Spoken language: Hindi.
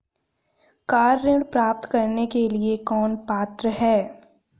कार ऋण प्राप्त करने के लिए कौन पात्र है?